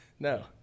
No